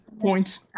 Points